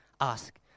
ask